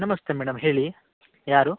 ನಮಸ್ತೆ ಮೇಡಮ್ ಹೇಳಿ ಯಾರು